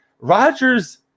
Rodgers